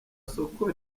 soko